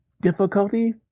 difficulty